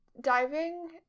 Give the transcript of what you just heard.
diving